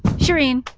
shereen.